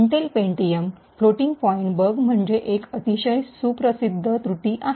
Intel Pentiums floating point bug म्हणजे एक अतिशय प्रसिद्ध त्रुटी आहे